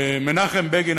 מנחם בגין,